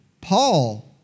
Paul